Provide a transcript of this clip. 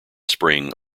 spring